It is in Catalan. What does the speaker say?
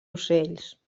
ocells